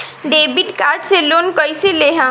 Debit card से loan कईसे लेहम?